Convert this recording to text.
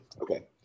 Okay